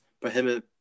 prohibit